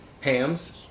Hams